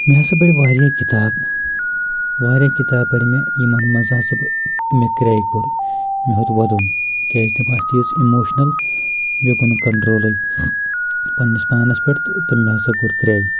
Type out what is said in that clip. مےٚ ہسا پرِ واریاہ کِتاب واریاہ کِتاب پرِ مےٚ یِمن منٛز ہسا بہٕ مےٚ کرٛے کوٚر مےٚ ہیٚوتۍ وَدُن کیازِ تِم آسہٕ تۭژۍ اِموشنَل مےٚ گوٚو نہٕ کنٹرولٕے پننِس پانَس پؠٹھ تہٕ مےٚ ہسا کوٚر کرٛے